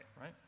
right